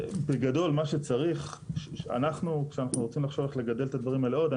בגדול מה שצריך כשאנחנו רוצים לחשוב איך לגדל את הדברים האלה עוד,